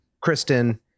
Kristen